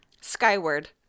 Skyward